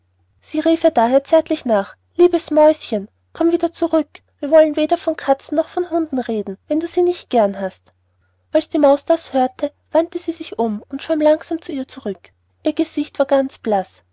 sie rief ihr daher zärtlich nach liebes mäuschen komm wieder zurück und wir wollen weder von katzen noch von hunden reden wenn du sie nicht gern hast als die maus das hörte wandte sie sich um und schwamm langsam zu ihr zurück ihr gesicht war ganz blaß